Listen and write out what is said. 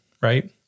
right